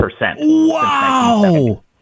Wow